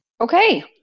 Okay